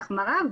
להחמרה,